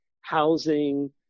housing